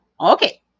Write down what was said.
Okay